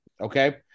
okay